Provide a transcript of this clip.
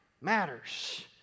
matters